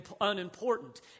unimportant